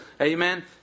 Amen